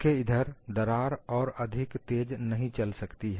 इसके इधर दरार और अधिक तेज नहीं चल सकती